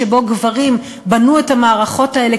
שבו גברים בנו את המערכות האלה,